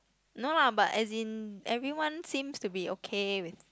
no lah but as in everyone seems to be okay with